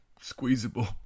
squeezable